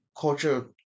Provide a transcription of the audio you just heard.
culture